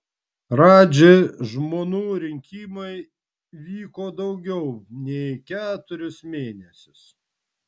radži žmonų rinkimai vyko daugiau nei keturis mėnesius